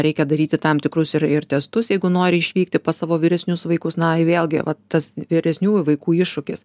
reikia daryti tam tikrus ir ir testus jeigu nori išvykti pas savo vyresnius vaikus na ir vėlgi va tas vyresniųjų vaikų iššūkis